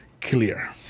clear